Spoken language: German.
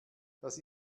das